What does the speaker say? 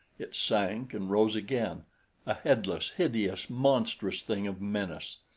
it sank and arose again a headless, hideous, monstrous thing of menace.